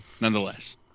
nonetheless